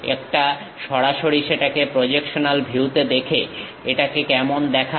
একটা সরাসরি সেটাকে প্রজেকশনাল ভিউতে দেখে এটাকে কেমন দেখায়